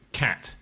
cat